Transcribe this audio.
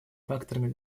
факторами